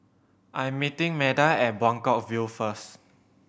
I am meeting Meda at Buangkok View first